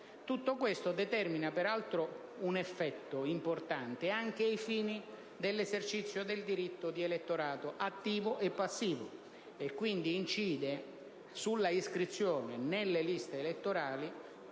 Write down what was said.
Tutto questo determina, peraltro, un effetto importante anche ai fini dell'esercizio del diritto di elettorato attivo e passivo e, quindi, incide sulla iscrizione nelle liste elettorali,